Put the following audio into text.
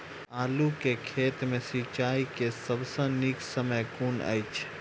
आलु केँ खेत मे सिंचाई केँ सबसँ नीक समय कुन अछि?